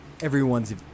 everyone's